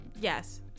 Yes